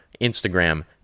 instagram